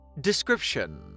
Description